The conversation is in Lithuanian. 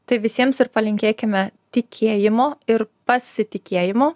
tai visiems ir palinkėkime tikėjimo ir pasitikėjimo